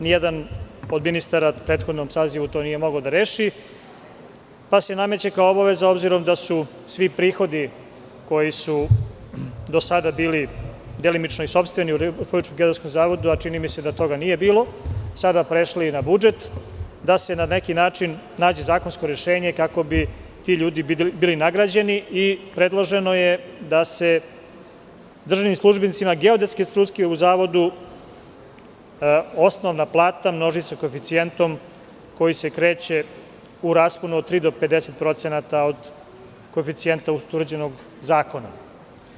Ni jedan od ministara u prethodnom sazivu to nije mogao da reši, pa se nameće kao obaveza, obzirom da su svi prihodi koji su do sada bili delimično i sopstveni u Republičkom geodetskom zavodu, a čini mi se da toga nije bilo, sada prešli i na budžet, da se na neki način nađe zakonsko rešenje kako bi ti ljudi bili nagrađeni i predloženo je da se državnim službenicima geodetske struke u Zavodu osnovna plata množi sa koeficijentom koji se kreće u rasponu od tri do 50% od koeficijenta utvrđenog zakonom.